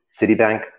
Citibank